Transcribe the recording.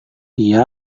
dia